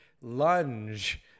lunge